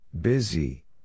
Busy